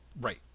Right